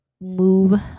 move